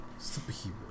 Superhero